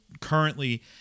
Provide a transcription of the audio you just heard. currently